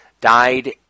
Died